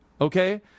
Okay